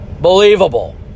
believable